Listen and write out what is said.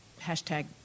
hashtag